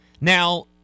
Now